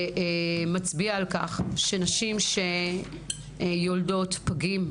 שמצביע על כך שנשים שיולדות פגים,